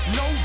no